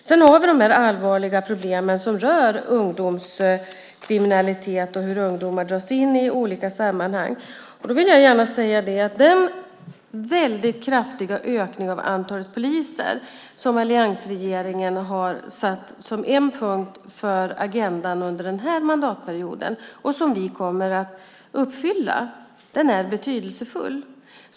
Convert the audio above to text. Sedan har vi de allvarliga problemen som rör ungdomskriminalitet och hur ungdomar dras in i olika sammanhang. Jag vill gärna säga att den kraftiga ökning av antalet poliser som alliansregeringen har satt som en punkt på agendan under den här mandatperioden och som vi kommer att genomföra är betydelsefull.